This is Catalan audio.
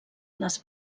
les